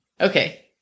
okay